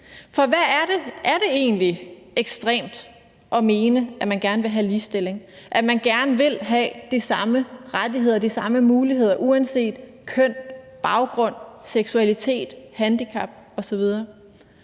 For er det egentlig ekstremt at mene, at man gerne vil have ligestilling, at man gerne vil have de samme rettigheder, de samme muligheder, uanset køn, baggrund, seksualitet, handicap osv.?